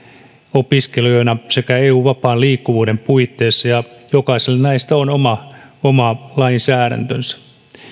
opiskelijoina sekä eun vapaan liikkuvuuden puitteissa ja jokaiselle näistä on oma oma lainsäädäntönsä